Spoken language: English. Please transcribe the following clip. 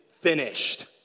finished